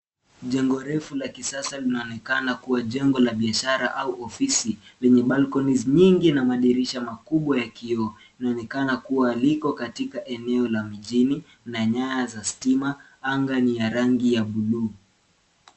Jengo refu la kisasa linaonekana kuwa jengo la biashara au ofisi lenye balconies nyingi na madirisha makubwa ya kioo. Inaonekana kuwa liko katika eneo la mjini na nyawa za stima. Anga ni ya rangi ya buluu.